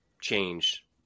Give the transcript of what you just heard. change